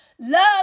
love